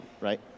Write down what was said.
right